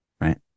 Right